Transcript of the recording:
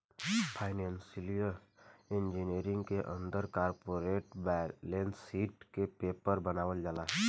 financial engineering के अंदर corporate balance sheet के फेर से बनावल जाला